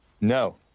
No